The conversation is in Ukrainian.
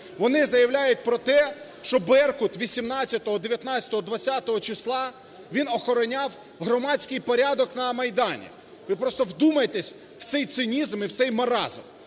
Вони заявляють про те, що "Беркут" 18, 19, 20 числа, він охороняв громадський порядок на Майдані. Ви просто вдумайтесь в цей цинізм і цей маразм!